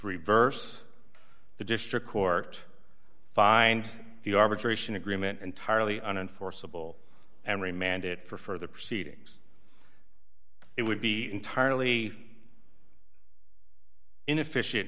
reverse the district court find the arbitration agreement entirely unenforceable and re mandate for further proceedings it would be entirely inefficient